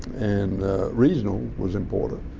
and regional was important,